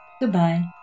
goodbye